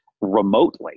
remotely